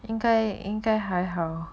应该应该还好